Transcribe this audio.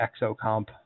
exocomp